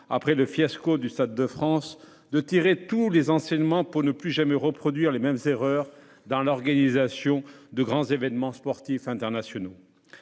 après le fiasco du Stade de France, de tirer tous les enseignements pour ne plus jamais reproduire les mêmes erreurs dans l'organisation de grands événements sportifs internationaux.